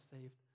saved